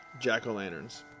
jack-o'-lanterns